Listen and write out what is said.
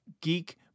geek